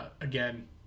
again